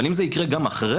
אם זה יקרה גם אחרי,